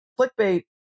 clickbait